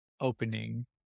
opening